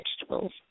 vegetables